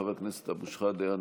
חבר הכנסת אבו שחאדה,